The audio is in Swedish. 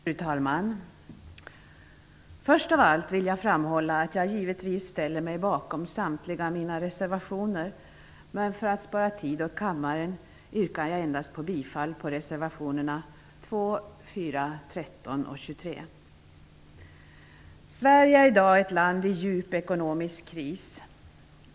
Fru talman! Först av allt vill jag framhålla att jag givetvis ställer mig bakom samtliga mina reservationer. Men för att spara tid åt kammaren yrkar jag endast bifall till res. 2, 4, 13 och 23. Sverige är i dag ett land i djup ekonomisk kris.